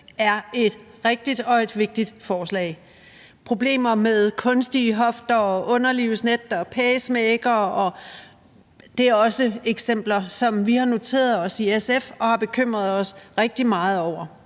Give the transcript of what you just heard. er et rigtigt og et vigtigt forslag. Problemer med kunstige hofter og underlivsnet og pacemakere er også eksempler, som vi har noteret os i SF og har bekymret os rigtig meget over.